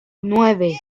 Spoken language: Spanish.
nueve